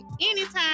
Anytime